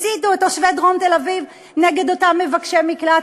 הסיתו את תושבי דרום תל-אביב נגד אותם מבקשי מקלט,